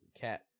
cat